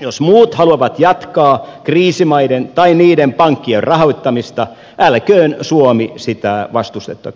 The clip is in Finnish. jos muut haluavat jatkaa kriisimaiden tai niiden pankkien rahoittamista älköön suomi sitä